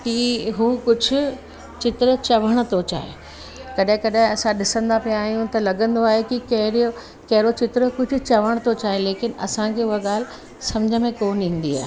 कि हू कुझु चित्र चवणु थो चाहे कॾहिं कॾहिं असां ॾिसंदा बि आहियूं त लॻंदो आहे कि कहिड़े कहिड़े चित्र कुझु चवणु थो चाहे लेकिनि असांखे उहा ॻाल्हि समुझ में कोन ईंदी आहे